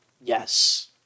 yes